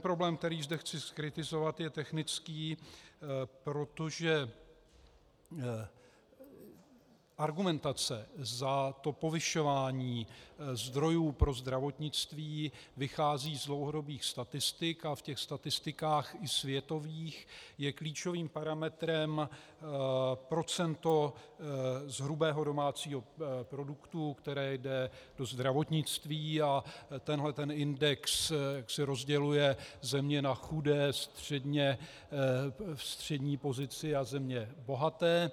Problém, který zde chci zkritizovat, je technický, protože argumentace za to povyšování zdrojů pro zdravotnictví vychází z dlouhodobých statistik a v těch statistikách i světových je klíčovým parametrem procento z hrubého domácího produktu, které jde do zdravotnictví, a tenhle ten index rozděluje země na chudé, ve střední pozici a země bohaté.